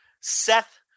Seth